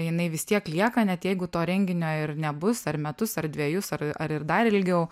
jinai vis tiek lieka net jeigu to renginio ir nebus ar metus ar dvejus ar ar dar ilgiau